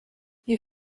you